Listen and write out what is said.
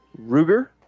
Ruger